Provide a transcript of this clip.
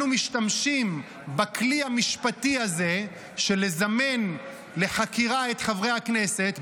אנחנו משתמשים בכלי המשפטי הזה שמזמן לחקירה את חברי הכנסת,